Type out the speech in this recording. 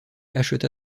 acheta